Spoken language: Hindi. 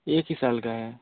एक ही साल का है